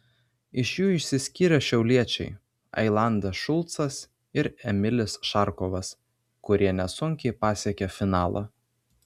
iš jų išsiskyrė šiauliečiai ailandas šulcas ir emilis šarkovas kurie nesunkiai pasiekė finalą